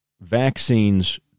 vaccines